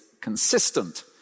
consistent